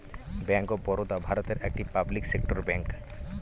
bank of Baroda ভারতের একটি public sector bank